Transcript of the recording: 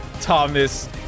Thomas